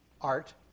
art